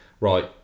right